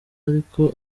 ariko